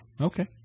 Okay